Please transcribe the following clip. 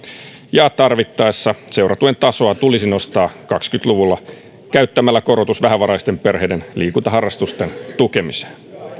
ja tarvittaessa seuratuen tasoa tulisi nostaa kaksikymmentä luvulla käyttämällä korotus vähävaraisten perheiden liikuntaharrastusten tukemiseen